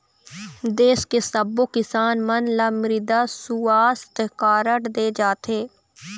देस के सब्बो किसान मन ल मृदा सुवास्थ कारड दे जाथे